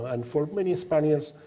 and for many spaniards,